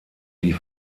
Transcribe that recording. die